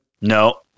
No